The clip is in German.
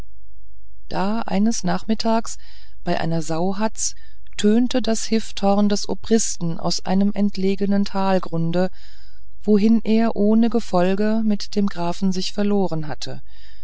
da eines nachmittags bei einer sauhatz tönte das hifthorn des obristen aus einem entlegenen talgrunde wohin er ohne gefolge mit dem grafen sich verloren hatte